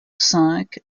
cinq